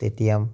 তেতিয়া